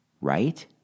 right